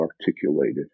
articulated